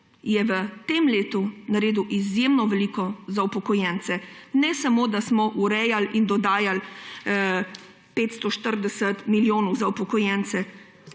je v tem letu naredil izjemno veliko za upokojence. Ne samo da smo urejali in dodajali 540 milijonov za upokojence,